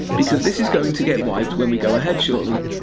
because this is going to get wiped when we go ahead shortly.